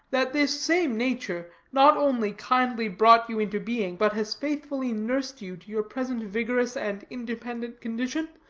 that this same nature not only kindly brought you into being, but has faithfully nursed you to your present vigorous and independent condition?